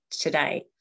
Today